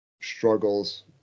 struggles